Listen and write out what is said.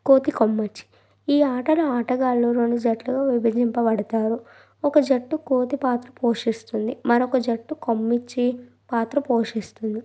కోతి కొమ్మచ్చి ఈ ఆటలో ఆటగాళ్లు రెండు జట్లుగా విభజింపబడతారు ఒక జట్టు కోతి పాత్ర పోషిస్తుంది మరొక జట్టు కొమ్మిచ్చే పాత్ర పోషిస్తుంది